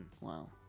wow